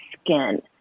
skin